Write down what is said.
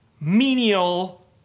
menial